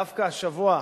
דווקא השבוע,